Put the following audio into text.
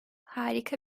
harika